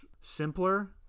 simpler